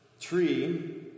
tree